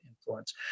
influence